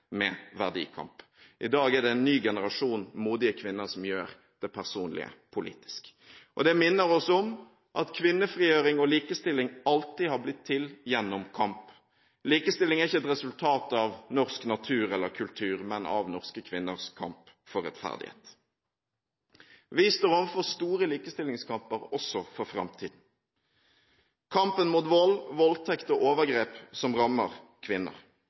med verdikamp. I dag er det en ny generasjon av modige kvinner som gjør det personlige politisk. Det minner oss om at kvinnefrigjøring og likestilling alltid har blitt til gjennom kamp. Likestilling er ikke et resultat av norsk natur eller kultur, men av norske kvinners kamp for rettferdighet. Vi står overfor store likestillingskamper også for framtiden: Kampen mot vold, voldtekt og overgrep som rammer kvinner.